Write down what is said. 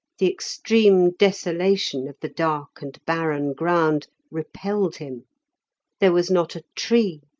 the extreme desolation of the dark and barren ground repelled him there was not a tree,